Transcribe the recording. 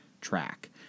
track